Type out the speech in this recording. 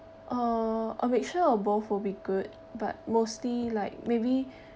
uh a mixture of both will be good but mostly like maybe